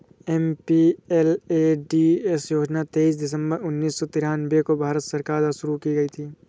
MPLADS योजना तेईस दिसंबर उन्नीस सौ तिरानवे को भारत सरकार द्वारा शुरू की गयी थी